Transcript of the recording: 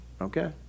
Okay